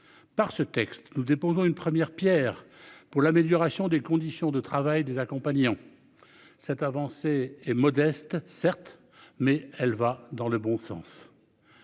Par ce texte nous déposons une première Pierre pour l'amélioration des conditions de travail des accompagnants. Cette avancée est modeste, certes, mais elle va dans le bon sens.